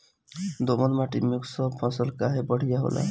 दोमट माटी मै सब फसल काहे बढ़िया होला?